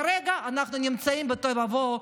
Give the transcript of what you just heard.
כרגע אנחנו נמצאים בתוהו ובוהו,